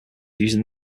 using